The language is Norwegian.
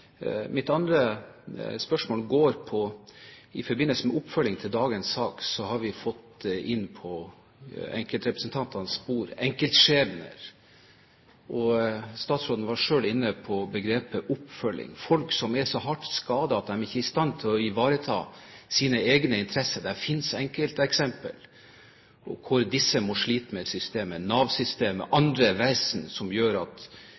Mitt andre spørsmål er: I forbindelse med oppfølging til dagens sak har vi fått inn enkeltskjebner på representantenes bord. Statsråden var selv inne på begrepet «oppfølging». Det finnes enkelteksempler på folk som er så hardt skadet at de ikke er i stand til å ivareta sine egne interesser, som må slite med systemet – Nav-systemet og andre vesener. Vil statsråden sørge for å få på plass systemer som er så robuste at